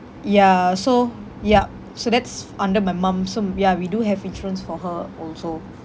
y so yup so that's under my mum so m~ ya we do have insurance for her also